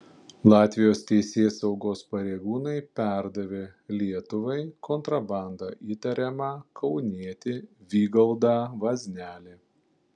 latvijos teisėsaugos pareigūnai perdavė lietuvai kontrabanda įtariamą kaunietį vygaudą vaznelį